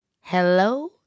Hello